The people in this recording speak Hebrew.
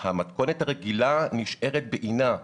המתכונת הרגילה נשארת בעינה.